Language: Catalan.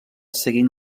seguint